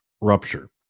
rupture